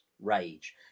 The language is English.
rage